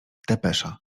depesza